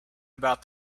about